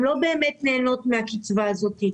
הן לא באמת נהנות מהקצבה הזאת.